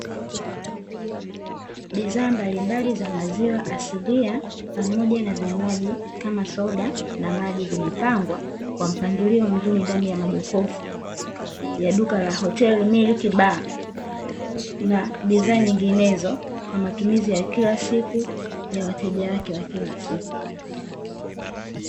Bidhaa mbalimbali za maziwa asilia pamoja na vinywaji kama soda na maji, vimepangwa kwa mpangilio mzuri ndani ya majokofu ya duka la hotel Milky Bar na bidhaa nyinginezo kwa matumizi ya kila siku ya wateja wake wa kila siku.